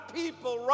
people